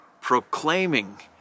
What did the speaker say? proclaiming